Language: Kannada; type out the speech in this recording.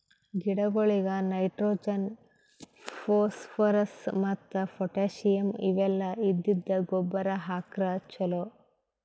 ಗಿಡಗೊಳಿಗ್ ನೈಟ್ರೋಜನ್, ಫೋಸ್ಫೋರಸ್ ಮತ್ತ್ ಪೊಟ್ಟ್ಯಾಸಿಯಂ ಇವೆಲ್ಲ ಇದ್ದಿದ್ದ್ ಗೊಬ್ಬರ್ ಹಾಕ್ರ್ ಛಲೋ